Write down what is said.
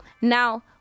Now